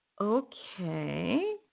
Okay